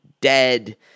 dead